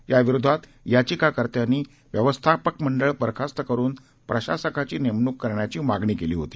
याविरोधात याविकाकर्त्यांनी व्यवस्थापक मंडळ बरखास्त करुन प्रशासकाची नेमणूक करण्याची मागणी केली होती